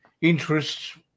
interests